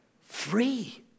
free